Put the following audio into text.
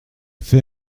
fais